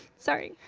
sorry.